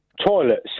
Toilets